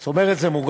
זאת אומרת, זה מוגן,